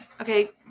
Okay